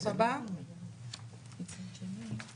(שקף: עצורים עד תום הליכים ממצאים,